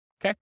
Okay